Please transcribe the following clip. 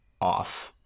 off